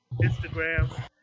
Instagram